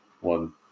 one